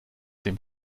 dem